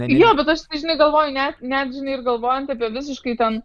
jo bet aš tiktai žinai galvoju net net žinai ir galvojant apie visiškai ten